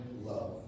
love